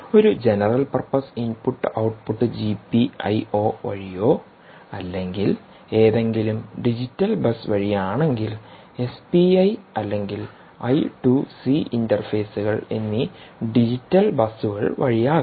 ഒരു general purpose input output GPIO വഴിയോ അല്ലെങ്കിൽ ഏതെങ്കിലും ഡിജിറ്റൽ ബസ് വഴിയാണെങ്കിൽdigital bus ഒന്നുകിൽ എസ്പിഐ അല്ലെങ്കിൽ ഐ 2 സി ഇന്റർഫേസുകൾ എന്നീ ഡിജിറ്റൽ ബസുകൾ വഴിയാകാം